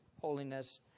holiness